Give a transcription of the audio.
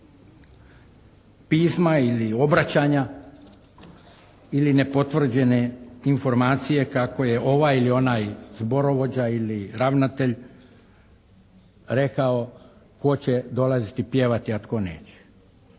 pisma ili ne obraćanja ili nepotvrđene informacije kako je ovaj ili onaj zborovođa ili ravnatelj rekao tko će dolaziti pjevati, a tko neće.